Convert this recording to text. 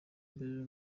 imbere